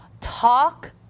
talk